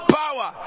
power